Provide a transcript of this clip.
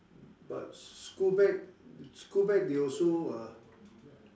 but school bag school bag they also uh